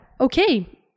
okay